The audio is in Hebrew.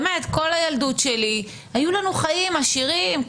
כל הילדות שלי היו לנו חיים עשירים,